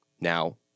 now